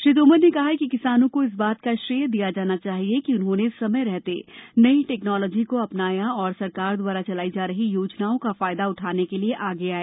श्री तोमर ने कहा कि किसानों को इस बात का श्रेय दिया जाना चाहिए कि उन्होंने समय रहते नई टेक्नोलॉजी को अपनाया और सरकार द्वारा चलाई जा रही योजनाओं का फायदा उठाने के लिए आगे आए